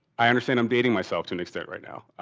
i understand i'm dating myself to an extent right now.